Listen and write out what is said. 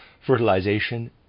Fertilization